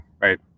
right